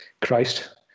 Christ